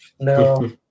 No